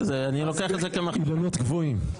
אילנות גבוהים.